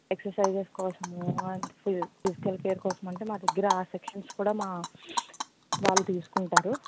exercises కోసము and physical care కోసము అంటే మా దగ్గర ఆ సెషన్స్ కూడా మా వాళ్ళు తీసుకుంటారు